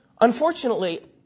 Unfortunately